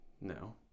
No